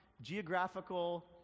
geographical